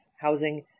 housing